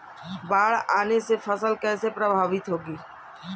बाढ़ आने से फसल कैसे प्रभावित होगी?